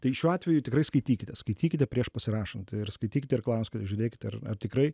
tai šiuo atveju tikrai skaitykite skaitykite prieš pasirašant ir skaitykite ir klauskite žiūrėkite ar tikrai